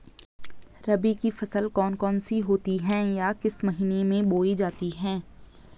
रबी की फसल कौन कौन सी होती हैं या किस महीने में बोई जाती हैं?